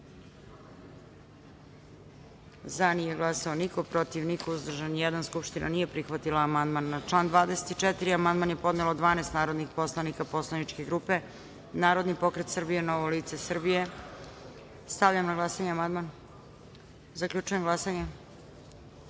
– nije glasao niko, protiv – niko, uzdržan – jedan. Skupština nije prihvatila amandman. Na član 63. amandman je podnelo 12 narodnih poslanika poslaničke grupe Narodni pokret Srbije – Novo lice Srbije. Stavljam na glasanje amandman. Zaključujem glasanje: